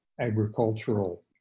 agricultural